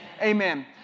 amen